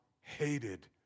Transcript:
hated